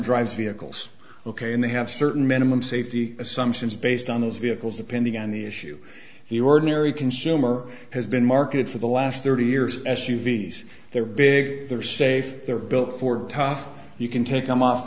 drives vehicles ok and they have certain minimum safety assumptions based on those vehicles depending on the issue here ordinary consumer has been marketed for the last thirty years s u v s they're big they're safe they're built ford tough you can take them off